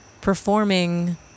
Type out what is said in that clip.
performing